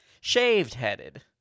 Shaved-headed